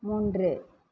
மூன்று